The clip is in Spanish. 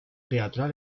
teatral